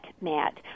Matt